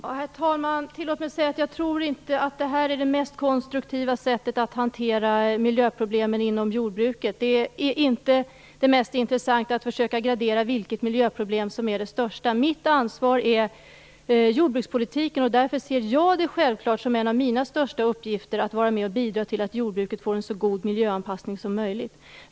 Herr talman! Tillåt mig att säga att jag inte tror att det här är det mest konstruktiva sättet att hantera miljöproblemen inom jordbruket. Inte heller är det mest intressant att försöka gradera vilket miljöproblem som är det största. Mitt ansvar är jordbrukspolitiken och därför ser jag självklart det som en av mina största uppgifter att vara med och bidra till att jordbruket får en så god miljöanpassning som möjligt.